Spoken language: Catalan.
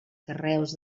carreus